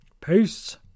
Peace